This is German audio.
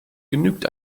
genügt